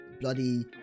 bloody